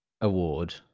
award